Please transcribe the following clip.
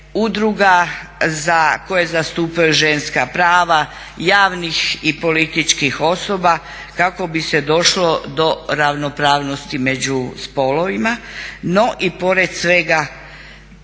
udruga koje zastupaju ženska prava, javnih i političkih osoba kako bi se došlo do ravnopravnosti među spolovima. No i pored svega